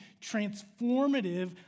transformative